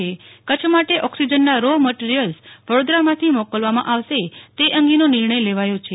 સરકારે કચ્છ માટે ઓકસિજનના રો મટીરીયલ્સ વડોદરામાથી મોકલવામા આવશે તે અંગેનો નિર્ણય લેવાયો છે